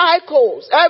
cycles